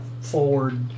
forward